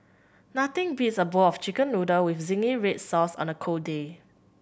nothing beats a bowl of Chicken Noodle with zingy red sauce on a cold day